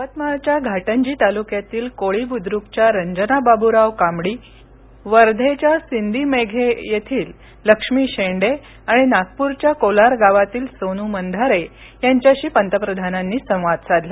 यवतमाळच्या घाटंजी तालुक्यातील कोळी बुद्रुकच्या रंजना बाब्राव कामडी वर्धेच्या सिंदी मेघे येथील लक्ष्मी शेंडे आणि नागप्रच्या कोलार गावातील सोन मधारे याच्याशी पतप्रधानानी संवाद साधला